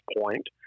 point